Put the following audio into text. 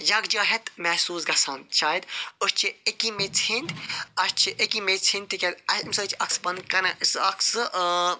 یکجہت محسوس گژھان شاید أسۍ چھِ اکیٚے میژِ ہنٛدۍ اسہِ چھُ اکیٚے میژِ ہنٛدۍ تِکیٚازِ اَمہِ سۭتۍ چھُ اَکھ سُہ پنٕنۍ سُہ اکھ سُہ ٲں